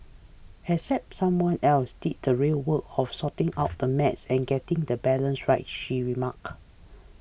except someone else did the real work of sorting out the math and getting the balance right she remarked